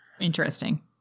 Interesting